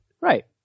Right